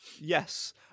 Yes